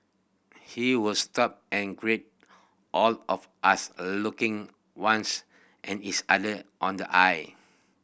he would stop and greet all of us looking ones in each other on the eye